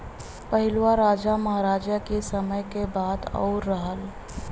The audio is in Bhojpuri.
पहिलवा राजा महराजा के समय क बात आउर रहल